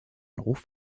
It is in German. ruf